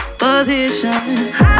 position